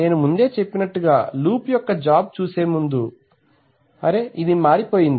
నేను ముందే చెప్పినట్టుగా లూప్ యొక్క జాబ్ చూసే ముందు ఇది మారిపోయింది